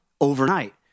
overnight